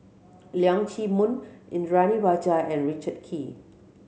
Leong Chee Mun Indranee Rajah and Richard Kee